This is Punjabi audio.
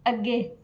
ਅੱਗੇ